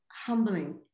humbling